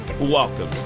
welcome